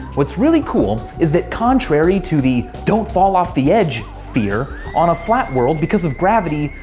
what's really cool is that contrary to the don't fall off the edge fear, on a flat world because of gravity,